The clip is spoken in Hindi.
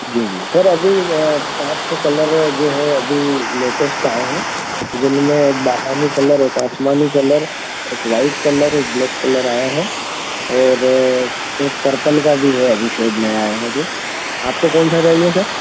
जी जी सर अभी पाँच छः कलर जो हैं अभी लेटेस्ट आये हैं जिनमें एक बादामी कलर एक आसमानी कलर एक व्हाइट कलर एक ब्लैक कलर आया है और एक पर्पल का भी है अभी शेड नया आया है जो आपको कौन सा चाहिए सर